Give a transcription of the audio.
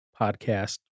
podcast